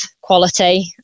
quality